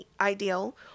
ideal